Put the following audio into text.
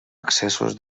accessos